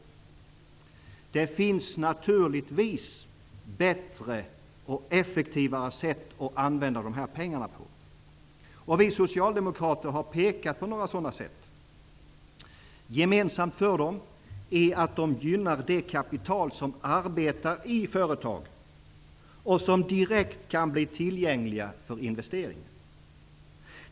Det finns naturligtvis bättre och effektivare sätt att använda dessa pengar på. Vi socialdemokrater har pekat på några sådana sätt. Gemensamt för dessa är att de gynnar det kapital som arbetar i företag och som direkt kan bli tillgängligt för investeringar.